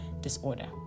disorder